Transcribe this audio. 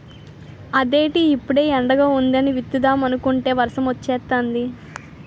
అదేటి ఇప్పుడే ఎండగా వుందని విత్తుదామనుకుంటే వర్సమొచ్చేతాంది